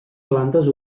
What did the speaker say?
plantes